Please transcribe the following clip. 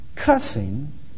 cussing